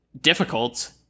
difficult